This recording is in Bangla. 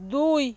দুই